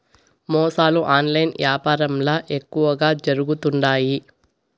మోసాలు ఆన్లైన్ యాపారంల ఎక్కువగా జరుగుతుండాయి